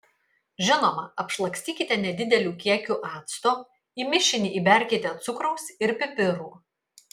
žinoma apšlakstykite nedideliu kiekiu acto į mišinį įberkite cukraus ir pipirų